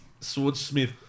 Swordsmith